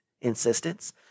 insistence